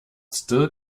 still